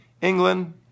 England